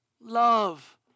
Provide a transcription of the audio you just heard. Love